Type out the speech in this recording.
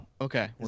okay